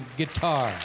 guitar